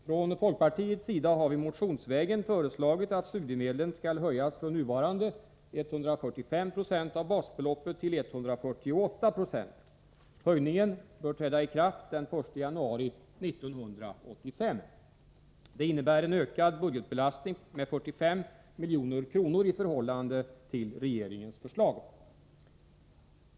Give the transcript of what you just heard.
Från folkpartiets sida har vi motionsvägen föreslagit att studiemedlen skall höjas från nuvarande 145 96 av basbeloppet till 148 90. Höjningen bör träda i kraft den 1 januari 1985. Det innebär en ökad budgetbelastning med 45 milj.kr. i förhållande till regeringens förslag.